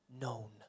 known